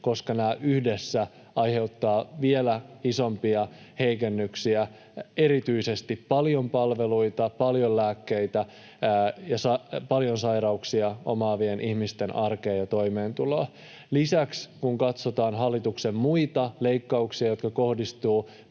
koska nämä yhdessä aiheuttavat vielä isompia heikennyksiä erityisesti paljon palveluita ja paljon lääkkeitä käyttävien ja paljon sairauksia omaavien ihmisten arkeen ja toimeentuloon. Lisäksi kun katsotaan hallituksen muita leikkauksia, jotka kohdistuvat